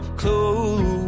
close